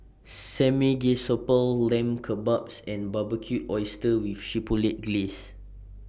Samgeyopsal Lamb Kebabs and Barbecued Oysters with Chipotle Glaze